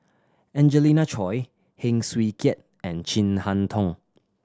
Angelina Choy Heng Swee Keat and Chin Harn Tong